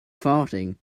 farting